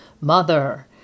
Mother